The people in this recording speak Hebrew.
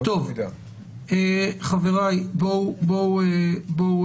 חבריי, בואו